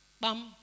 Bam